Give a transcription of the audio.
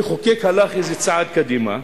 המחוקק הלך צעד קדימה,